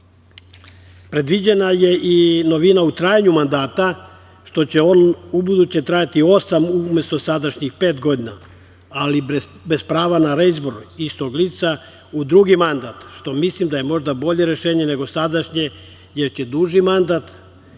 slučajeva. Predviđena je i novina u trajanju mandata što će on ubuduće trajati osam, umesto sadašnjih pet godina, ali bez prava na reizbor istog lica u drugi mandat, što mislim da je možda bolje rešenje nego sadašnje, jer će duži mandat